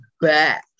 back